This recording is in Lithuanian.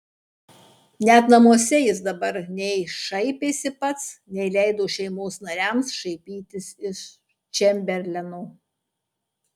net namuose jis dabar nei šaipėsi pats nei leido šeimos nariams šaipytis iš čemberleno